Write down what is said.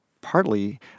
partly